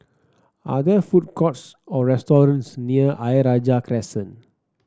are there food courts or restaurants near Ayer Rajah Crescent